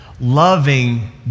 loving